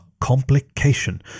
complication